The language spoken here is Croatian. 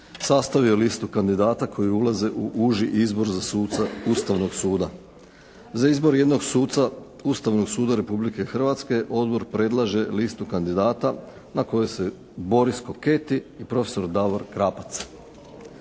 sastavio je listu kandidata koji ulaze u uži izbor suca Ustavnog suda. Za izbor jednog suca Ustavnog suda Republike Hrvatske odbor predlaže listu kandidata na kojoj su Boris Koketi i profesor Davor Krapac.